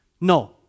No